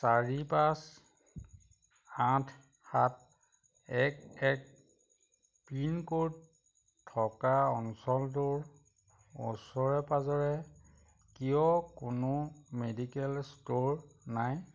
চাৰি পাঁচ আঠ সাত এক এক পিনক'ড থকা অঞ্চলটোৰ ওচৰে পাঁজৰে কিয় কোনো মেডিকেল ষ্ট'ৰ নাই